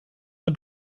der